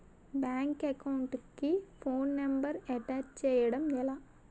Bank account కి phone number attach చేయడం ఎలా?